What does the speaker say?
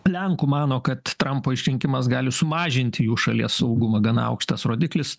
lenkų mano kad trampo išrinkimas gali sumažinti jų šalies saugumą gana aukštas rodiklis